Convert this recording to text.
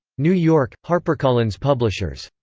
new york harpercollins publishers.